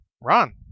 Ron